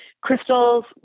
crystals